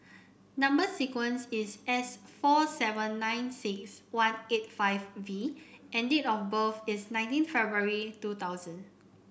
number sequence is S four seven nine six one eight five V and date of birth is nineteen February two thousand